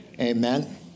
Amen